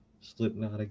Slipknot